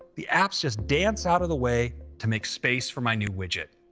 the apps just dance out of the way to make space for my new widget.